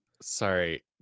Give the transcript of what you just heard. Sorry